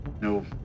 no